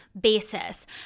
Basis